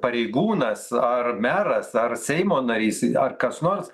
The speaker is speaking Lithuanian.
pareigūnas ar meras ar seimo narys ar kas nors